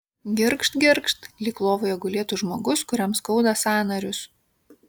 girgžt girgžt lyg lovoje gulėtų žmogus kuriam skauda sąnarius